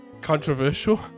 controversial